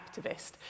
activist